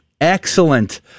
excellent